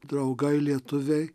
draugai lietuviai